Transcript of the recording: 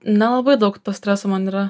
nelabai daug streso man yra